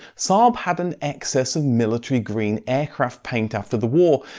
saab had an excess of military green aircraft paint after the war,